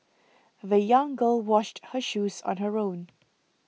the young girl washed her shoes on her own